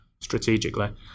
strategically